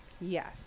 Yes